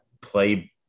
play